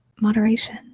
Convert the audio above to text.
moderation